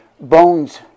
bones